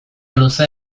luzea